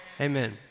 Amen